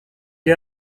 est